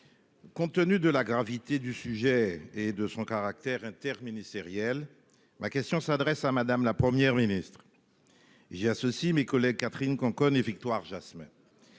Compte tenu de la gravité du sujet et de son caractère interministériel. Ma question s'adresse à Madame, la Première ministre. J'y associe mes collègues Catherine Conconne et victoire Jasmin.